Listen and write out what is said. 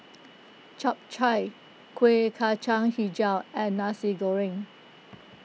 Chap Chai Kuih Kacang HiJau and Nasi Goreng